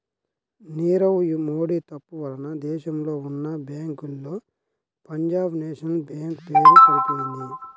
నీరవ్ మోడీ తప్పు వలన దేశంలో ఉన్నా బ్యేంకుల్లో పంజాబ్ నేషనల్ బ్యేంకు పేరు పడిపొయింది